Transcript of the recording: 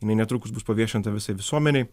jinai netrukus bus paviešinta visai visuomenei